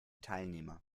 teilnehmer